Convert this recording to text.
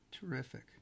terrific